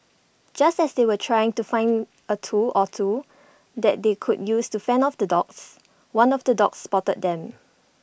just as they were trying to find A tool or two that they could use to fend off the dogs one of the dogs spotted them